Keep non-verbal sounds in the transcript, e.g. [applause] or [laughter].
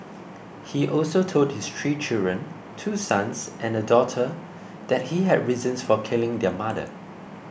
he also told his three children two sons and a daughter [noise] that he had reasons for killing their mother